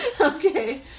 Okay